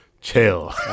Chill